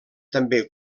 també